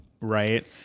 right